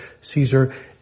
Caesar